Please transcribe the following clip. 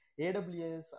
AWS